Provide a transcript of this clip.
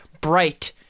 Bright